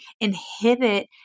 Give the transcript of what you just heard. inhibit